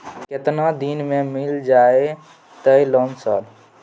केतना दिन में मिल जयते लोन सर?